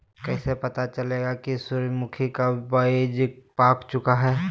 कैसे पता चलेगा की सूरजमुखी का बिज पाक चूका है?